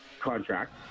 contract